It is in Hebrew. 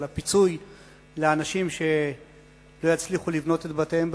על הפיצוי לאנשים שלא יצליחו לבנות את בתיהם בזמן,